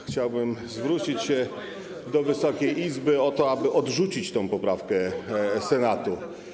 Chciałbym zwrócić się do Wysokiej Izby o to, aby odrzucić tę poprawkę Senatu.